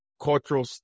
Cultural